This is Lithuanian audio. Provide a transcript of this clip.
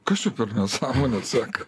kas čia per nesąmonė sako